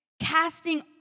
Casting